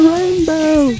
Rainbow